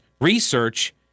research